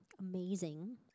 amazing